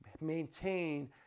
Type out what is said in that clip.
maintain